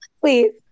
Please